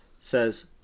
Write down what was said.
says